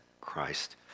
Christ